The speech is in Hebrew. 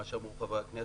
וכפי שאמרו גם חברי הכנסת.